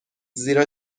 زیرا